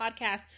podcast –